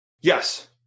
Yes